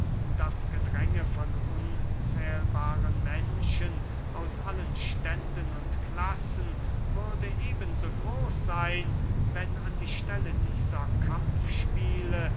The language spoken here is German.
das gedränge von unzählbaren menschen aus allen ständen und klassen würde eben so groß seyn wenn an die stelle dieser